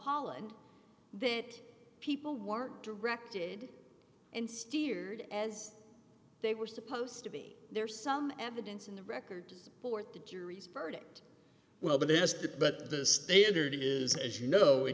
holland that people more directed and steered as they were supposed to be there some evidence in the record to support the jury's verdict well but there's that but the standard is as you know